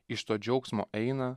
iš to džiaugsmo eina